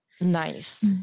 Nice